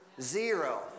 Zero